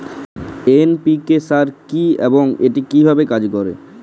NPK সার কি এবং এটি কিভাবে কাজ করে?